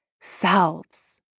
selves